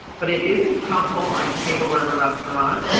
but it isn't helpful on a table at a restaurant,